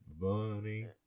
bunny